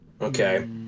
Okay